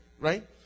Right